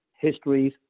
histories